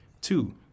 Two